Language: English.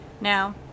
Now